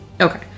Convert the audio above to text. Okay